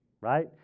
right